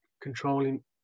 controlling